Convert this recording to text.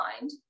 mind